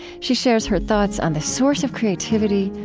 she shares her thoughts on the source of creativity,